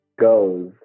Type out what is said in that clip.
goes